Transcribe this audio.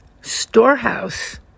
storehouse